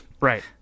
Right